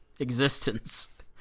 Existence